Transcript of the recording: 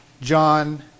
John